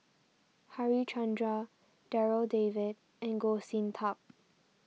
Harichandra Darryl David and Goh Sin Tub